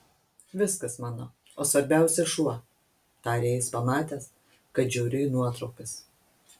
viskas mano o svarbiausia šuo tarė jis pamatęs kad žiūriu į nuotraukas